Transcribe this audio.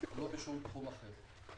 לא בשום תחום אחר.